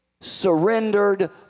surrendered